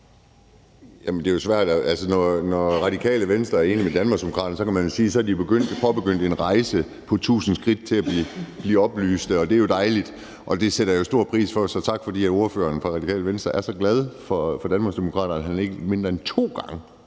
Andersen (DD): Når Radikale Venstre er enige med Danmarksdemokraterne, kan man sige, at de har påbegyndt en rejse på tusind skridt til at blive oplyste, og det er jo dejligt. Det sætter jeg stor pris på, så tak, fordi ordføreren for Radikale Venstre er så glad for Danmarksdemokraterne, at man ikke mindre end to gange